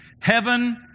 Heaven